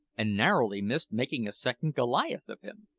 and narrowly missed making a second goliath of him.